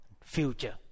future